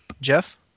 Jeff